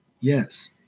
Yes